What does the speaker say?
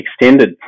extended